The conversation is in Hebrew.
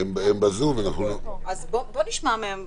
אז בוא נשמע מהם.